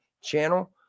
channel